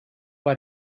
bei